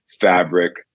fabric